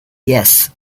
yes